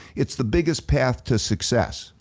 it's the biggest path to success.